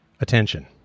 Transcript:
Attention